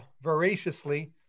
voraciously